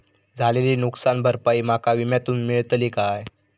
झालेली नुकसान भरपाई माका विम्यातून मेळतली काय?